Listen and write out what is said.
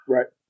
Right